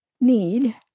need